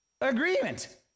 agreement